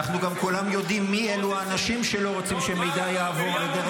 אנחנו גם כולם יודעים מי אלו האנשים שלא רוצים שהמידע יעבור לדרג